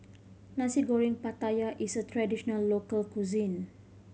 Nasi Goreng Pattaya is a traditional local cuisine